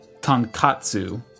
Tonkatsu